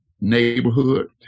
neighborhood